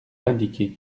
indiqués